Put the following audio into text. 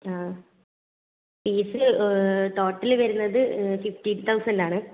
ആ fees total വരുന്നത് fifty thousand ആണ്